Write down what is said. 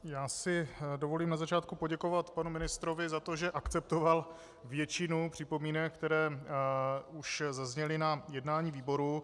Já si dovolím na začátku poděkovat panu ministrovi za to, že akceptoval většinu připomínek, které už zazněly na jednání výboru.